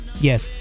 Yes